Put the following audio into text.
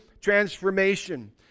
transformation